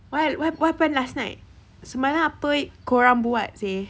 wha~ wha~ wha~ happen last night semalam apa kau orang buat seh